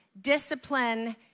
discipline